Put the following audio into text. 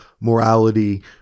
morality